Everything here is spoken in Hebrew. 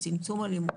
או צמצום אלימות,